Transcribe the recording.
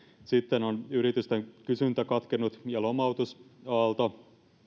sitten on yritysten kysyntä katkennut ja lomautusaalto